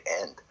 end